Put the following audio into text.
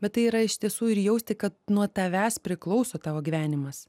bet tai yra iš tiesų ir jausti kad nuo tavęs priklauso tavo gyvenimas